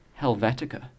Helvetica